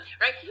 right